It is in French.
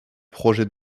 projets